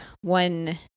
one